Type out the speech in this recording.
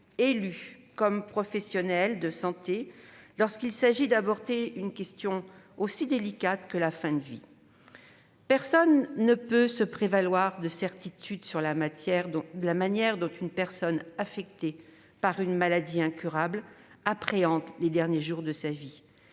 élus comme professionnels de santé, lorsqu'il s'agit d'aborder une question aussi délicate que la fin de vie. Personne ne peut se prévaloir de certitudes sur la manière dont une personne affectée par une maladie incurable appréhende les derniers jours de sa vie